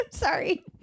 Sorry